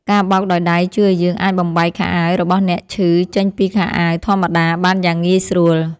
ការបោកដោយដៃជួយឱ្យយើងអាចបំបែកខោអាវរបស់អ្នកឈឺចេញពីខោអាវធម្មតាបានយ៉ាងងាយស្រួល។